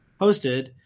hosted